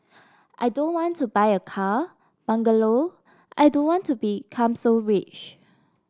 I don't want to buy a car bungalow I don't want to become so rich